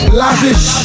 lavish